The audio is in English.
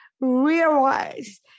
realize